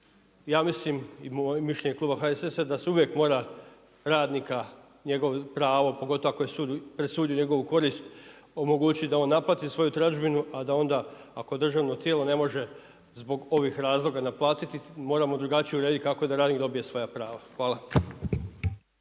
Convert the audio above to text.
Ja mislim i moje mišljenje i Kluba HSS-a da se uvijek mora radnika njegovo pravo, pogotovo ako je sud presudio u njegovu korist omogući da on naplati svoju dražbinu, a da onda ako državno tijelo ne može, zbog ovih razloga naplatiti, moramo drugačije urediti kako da radnih dobije svoja prava. Hvala.